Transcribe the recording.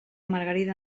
margarida